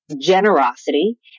generosity